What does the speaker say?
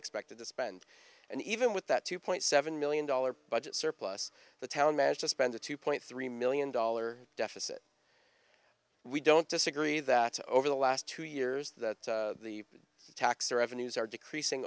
expected to spend and even with that two point seven million dollars budget surplus the town managed to spend a two point three million dollar deficit we don't disagree that over the last two years that the tax revenues are decreasing